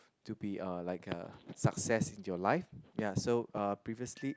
to be a like a success in your life ya so uh previously